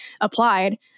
applied